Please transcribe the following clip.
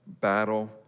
battle